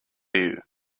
you